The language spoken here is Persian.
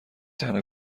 تنها